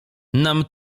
nam